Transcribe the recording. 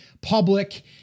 public